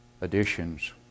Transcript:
additions